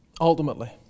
ultimately